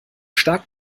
stark